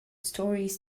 stories